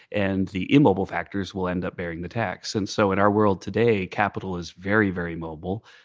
and the immobile factors will end up bearing the tax, and so in our world today, capital is very, very mobile,